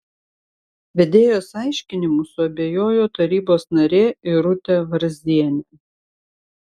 vedėjos aiškinimu suabejojo tarybos narė irutė varzienė